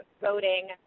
voting